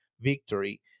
victory